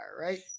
right